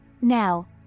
Now